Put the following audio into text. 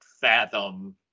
fathom